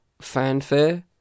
fanfare